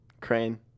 crane